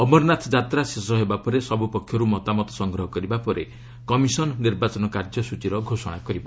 ଅମରନାଥ ଯାତ୍ରା ଶେଷ ହେବାପରେ ସବୁ ପକ୍ଷରୁ ମତାମତ ସଂଗ୍ରହ କରିବା ପରେ କମିଶନ୍ ନିର୍ବାଚନ କାର୍ଯ୍ୟସ୍ଚୀର ଘୋଷଣା କରିବ